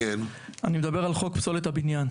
אני מדבר על חוק פסולת הבניין.